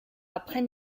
après